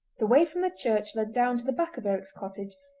the way from the church led down to the back of eric's cottage,